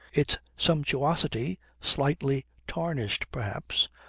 its sumptuosity slightly tarnished perhaps,